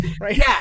right